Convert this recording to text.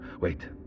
Wait